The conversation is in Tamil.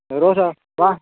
ரோஜா வா